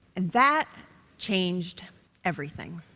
that changed everything.